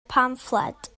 pamffled